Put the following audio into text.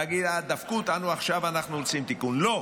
להגיד: דפקו אותנו, עכשיו אנחנו רוצים תיקון, לא.